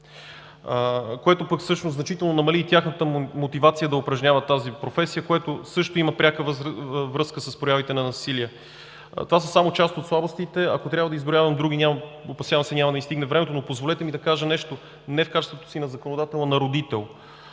което пък всъщност значително намали и тяхната мотивация да упражняват тази професия, което също има пряка връзка с проявите на насилие. Това са само част от слабостите, а ако трябва да изброявам други, опасявам се, че няма да ни стигне времето, но ми позволете да кажа нещо не в качеството си на законодател, а на родител.